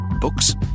Books